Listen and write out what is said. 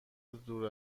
دور